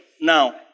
now